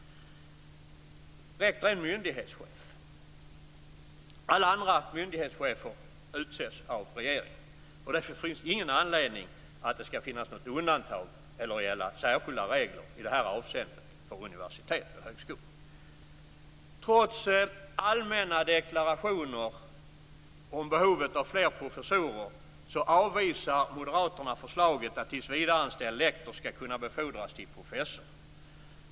Rektor är en myndighetschef. Alla andra myndighetschefer utses av regeringen. Därför finns ingen anledning att göra något undantag eller att det skall gälla särskilda regler i detta avseende för universitet och högskolor. Trots allmänna deklarationer om behovet av fler professorer avvisar Moderaterna förslaget att tillvidareanställd lektor skall kunna befordras till professor.